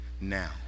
now